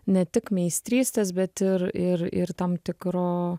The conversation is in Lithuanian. ne tik meistrystės bet ir ir ir tam tikro